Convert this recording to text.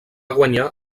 guanyar